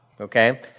Okay